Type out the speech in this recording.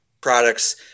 products